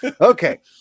Okay